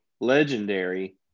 legendary